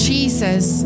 Jesus